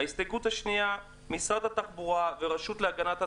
ההסתייגות השנייה היא שמשרד התחבורה והרשות להגנת הצרכן,